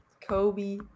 Kobe